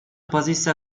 позиция